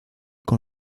con